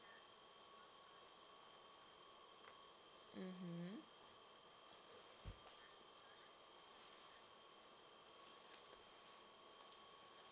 mm